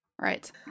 Right